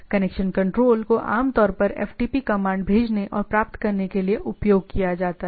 connection control को आमतौर पर FTP कमांड भेजने और प्राप्त करने के लिए उपयोग किया जाता है